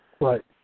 Right